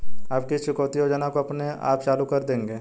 आप किस चुकौती योजना को अपने आप चालू कर देंगे?